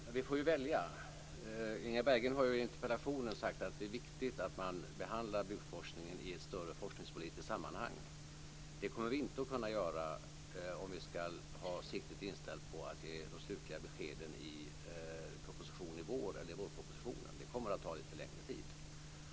Fru talman! Vi får ju välja. Inga Berggren har ju i interpellationen sagt att det är viktigt att man behandlar byggforskningen i ett större forskningspolitiskt sammanhang. Det kommer vi inte att kunna göra om vi skall ha siktet inställt på att ge de slutliga beskeden i en proposition i vår eller i vårpropositionen. Det kommer att ta lite längre tid.